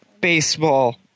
baseball